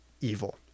evil